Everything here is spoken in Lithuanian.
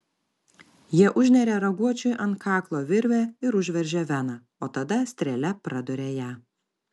jie užneria raguočiui ant kaklo virvę ir užveržia veną o tada strėle praduria ją